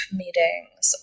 meetings